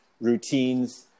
routines